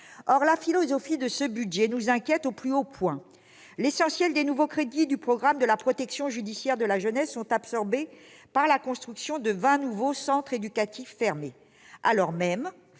Or la philosophie de ce projet de budget nous inquiète au plus haut point : pour l'essentiel, les nouveaux crédits du programme « Protection judiciaire de la jeunesse » sont absorbés par la construction de vingt nouveaux centres éducatifs fermés,